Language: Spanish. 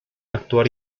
actuar